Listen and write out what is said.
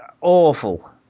awful